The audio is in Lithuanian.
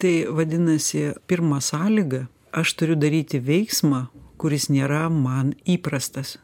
tai vadinasi pirma sąlyga aš turiu daryti veiksmą kuris nėra man įprastas